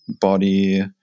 body